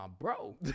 bro